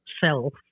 self